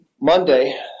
Monday